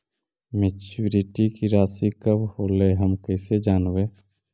Maturity के रासि कब होलै हम कैसे जानबै?